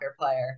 player